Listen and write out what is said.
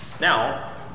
Now